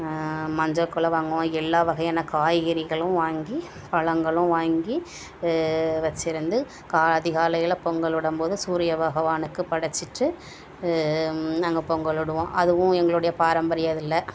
மஞ்சள் கொலை வாங்குவோம் எல்லாம் வகையான காய்கறிகளும் வாங்கி பழங்களும் வாங்கி வெச்சுருந்து அதிகாலையில் பொங்கல் விடும்போது சூரிய பகவானுக்கு படைச்சிட்டு நாங்கள் பொங்கல் விடுவோம் அதுவும் எங்களுடைய பாரம்பரிய இதில்